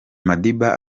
madiba